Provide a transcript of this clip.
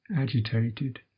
agitated